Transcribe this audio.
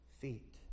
feet